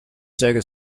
sega